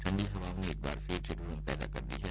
ठण्डी हवाओं ने एक बार फिर ठिद्रन पैदा कर दी है